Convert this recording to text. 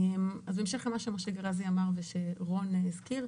בהמשך למה שמשה גראזי אמר ושרון הזכיר,